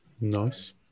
nice